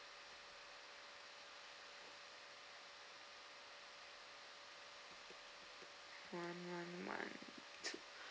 one one one two